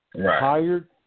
Hired